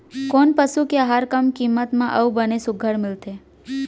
कोन पसु के आहार कम किम्मत म अऊ बने सुघ्घर मिलथे?